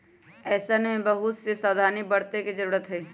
ऐसन में बहुत से सावधानी बरते के जरूरत हई